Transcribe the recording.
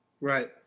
Right